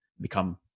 become